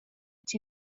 cię